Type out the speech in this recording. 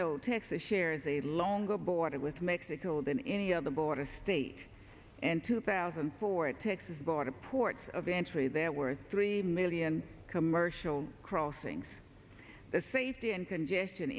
know texas shares a longer border with mexico than any other border state and two thousand and four it takes about a port of entry there were three million commercial crossings the safety and congestion